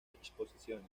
exposiciones